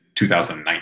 2019